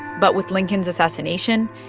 but with lincoln's assassination,